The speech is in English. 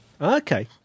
Okay